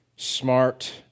smart